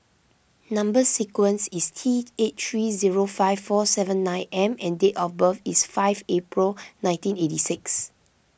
Number Sequence is T eight three zero five four seven nine M and date of birth is five April nineteen eighty six